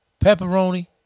pepperoni